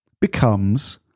becomes